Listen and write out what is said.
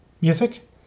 music